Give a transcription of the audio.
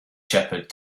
shepherd